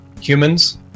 humans